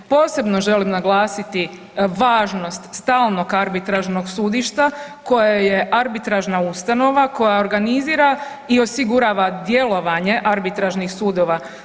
Posebno želim naglasiti važnost stalnog arbitražnog sudišta koje je arbitražna ustanova koja organizira i osigurava djelovanje arbitražnih sudova.